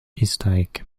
historique